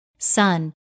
Son